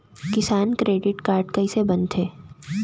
किसान credit card कइसे बनथे?